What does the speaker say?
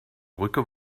brücke